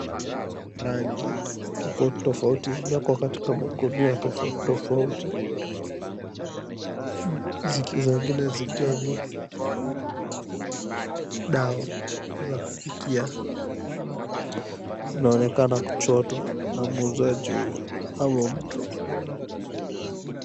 Rangi tofauti tofauti zimewekwa katika maguni tofauti tofauti zikiwa zengine ni dawa za kupikia zinaonekana kuchotwa na muuzaji huyo ama mtu.